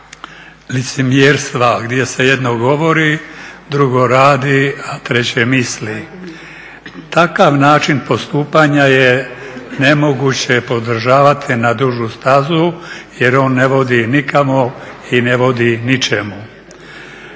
licemjerstva gdje se jedno govori, drugo radi, treće misli. Takav način postupanja je nemoguće podržavati na dužu stazu jer on ne vodi nikamo i ne vodi ničemu.